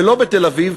ולא בתל-אביב,